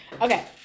okay